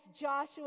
Joshua